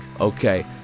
okay